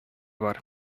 бар